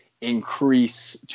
increase